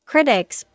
Critics